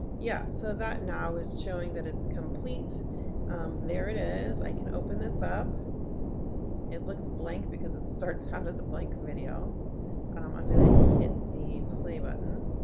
yeah so that now is showing that it's complete there it is i can open this up it looks blank because it starts out as a blank video i'm gonna hit the play button,